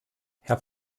herr